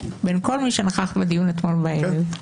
בין כל מי שנכח בדיון אתמול בדיון,